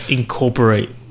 incorporate